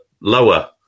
lower